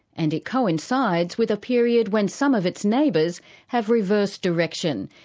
and it coincides with a period when some of its neighbours have reversed direction,